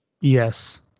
Yes